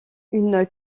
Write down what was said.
une